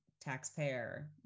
taxpayer